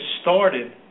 started